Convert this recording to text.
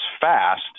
fast